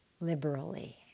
liberally